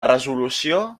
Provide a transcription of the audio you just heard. resolució